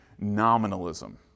nominalism